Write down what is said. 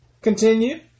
Continue